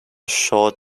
short